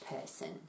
person